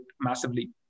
massively